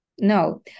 No